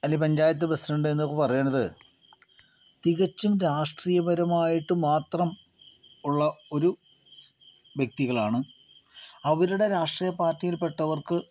അല്ലേൽ പഞ്ചായത്ത് പ്രസിഡൻറ്റ് എന്നൊക്കെ പറയണത് തികച്ചും രാഷ്ട്രീയ പരമായിട്ടു മാത്രം ഉള്ള ഒരു വ്യക്തികളാണ് അവരുടെ രാഷ്ട്രീയ പാർട്ടിയിൽ പെട്ടവർക്ക്